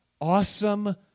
awesome